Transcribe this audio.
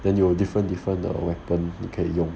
then 有 different different 的 weapons 你可以用